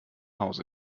hause